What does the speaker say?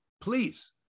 please